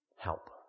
Help